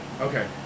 Okay